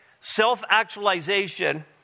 Self-actualization